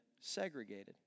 segregated